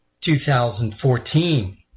2014